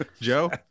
joe